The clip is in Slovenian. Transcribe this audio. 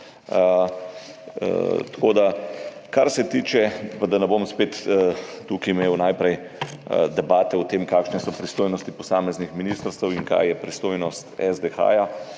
pred enim mesecem. Pa da ne bom spet tukaj imel najprej debate o tem, kakšne so pristojnosti posameznih ministrstev in kaj je pristojnost SDH,